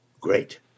great